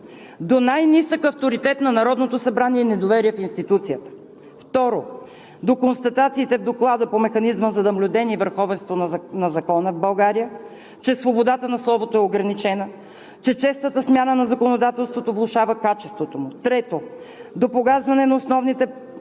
до най-нисък авторитет на Народното събрание и недоверие в институцията. Второ, до констатациите в Доклада по Механизма за наблюдение и върховенството на закона в България, че свободата на словото е ограничена, че честата смяна на законодателството влошава качеството му. Трето, до погазване на основните принципи